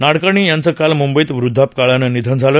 नाडकर्णी यांचं काल मुंबईत वद्धापकाळानं निधन झालं